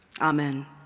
Amen